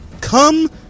come